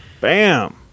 Bam